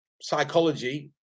psychology